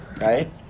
right